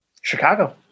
Chicago